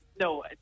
no